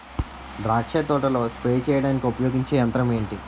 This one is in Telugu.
ద్రాక్ష తోటలో స్ప్రే చేయడానికి ఉపయోగించే యంత్రం ఎంటి?